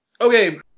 okay